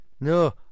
No